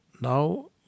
now